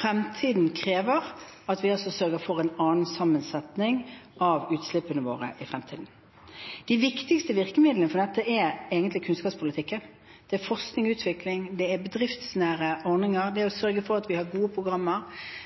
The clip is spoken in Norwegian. fremtiden krever at vi sørger for en annen sammensetning av utslippene våre. De viktigste virkemidlene for dette er egentlig kunnskapspolitikken. Det er forskning og utvikling, det er bedriftsnære ordninger, det er å sørge for at vi har gode programmer.